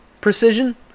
precision